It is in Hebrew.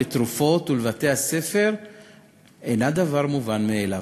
לתרופות ולבתי-הספר אינה דבר מובן מאליו.